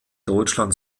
deutschland